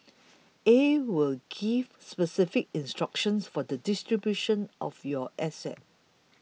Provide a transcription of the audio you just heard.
a will gives specific instructions for the distribution of your assets